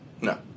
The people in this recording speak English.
No